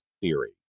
theory